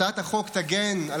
הצעת החוק תגן על